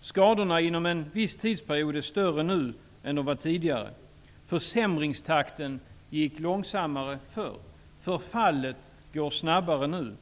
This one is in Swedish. Skadorna inom en viss tidsperiod är större nu än vad de var tidigare. Försämringstakten var långsammare förr. Förfallet går snabbare nu.